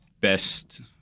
best